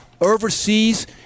overseas